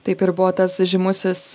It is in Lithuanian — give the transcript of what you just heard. taip ir buvo tas žymusis